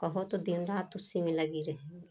कहो तो दिन रात उसी में लगी रहेंगी